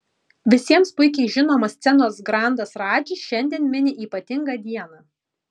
visiems puikiai žinomas scenos grandas radži šiandien mini ypatingą dieną